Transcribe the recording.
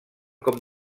com